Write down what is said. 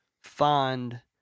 find